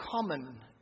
common